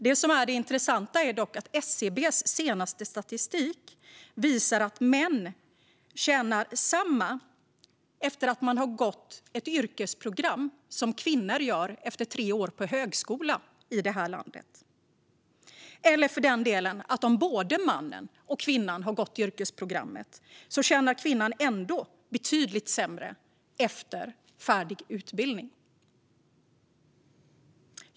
Det intressanta är dock att SCB:s senaste statistik visar att män har samma lön efter att ha gått ett yrkesprogram som kvinnor har efter tre år på högskola i det här landet eller, för den delen, att om både mannen och kvinnan har gått yrkesprogrammet tjänar kvinnan ändå betydligt mindre efter färdig utbildning.